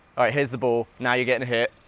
here's the ball, now you're getting hit,